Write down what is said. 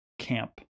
camp